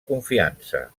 confiança